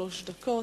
דקות.